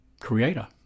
creator